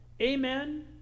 Amen